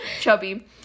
Chubby